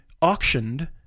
auctioned